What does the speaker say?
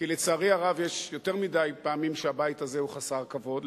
כי לצערי הרב יש יותר מדי פעמים שהבית הזה הוא חסר כבוד,